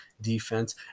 defense